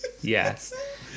Yes